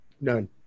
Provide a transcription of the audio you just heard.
None